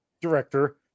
director